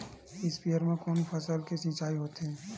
स्पीयर म कोन फसल के सिंचाई होथे?